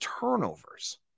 turnovers